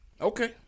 Okay